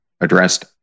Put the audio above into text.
addressed